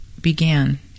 began